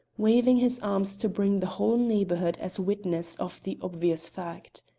waving his arms to bring the whole neighbourhood as witness of the obvious fact.